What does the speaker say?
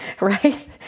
right